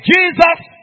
Jesus